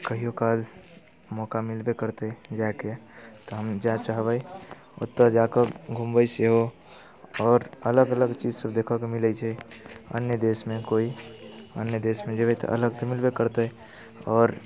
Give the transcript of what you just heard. कहिओ काल मौका मिलबे करतै जायके तऽ हम जाय चाहबै ओतय जा कऽ घुमबै सेहो आओर अलग अलग चीजसभ देखयके मिलैत छै अन्य देशमे कोइ अन्य देशमे जेबै तऽ अलग तऽ मिलबे करतै आओर